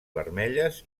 vermelles